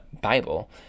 Bible